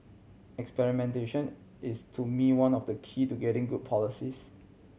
experimentation is to me one of the key to getting good policies